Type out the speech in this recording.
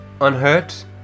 unhurt